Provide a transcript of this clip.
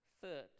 Third